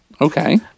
Okay